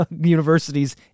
universities